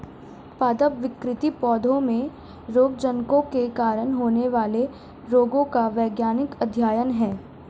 पादप विकृति पौधों में रोगजनकों के कारण होने वाले रोगों का वैज्ञानिक अध्ययन है